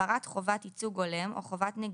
הפרת חובת ייצוג הולם או חובת נגישות,